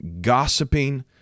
gossiping